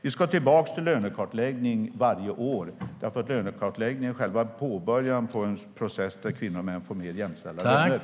Vi ska tillbaka till att göra lönekartläggning varje år, för lönekartläggningen är själva början på en process där kvinnor och män får mer jämställda löner.